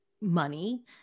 money